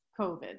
COVID